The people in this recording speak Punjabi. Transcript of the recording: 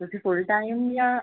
ਤੁਸੀਂ ਫੁਲ ਟਾਈਮ ਜਾਂ